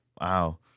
Wow